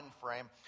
frame